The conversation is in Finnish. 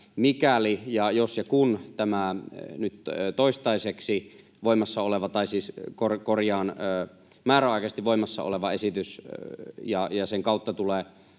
mikäli ja jos ja kun tämä nyt määräaikaisesti voimassa oleva esitys ja sen kautta tulevat